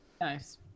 Nice